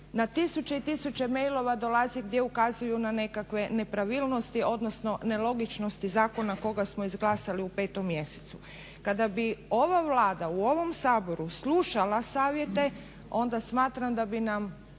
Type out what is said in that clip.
na tisuće i tisuće mailova dolazi, gdje ukazuju na nekakve nepravilnosti odnosno nelogičnosti zakona koga smo izglasali u 5 mjesecu. Kada bi ova Vlada u ovom Saboru slušala savjeti onda smatram da bi nam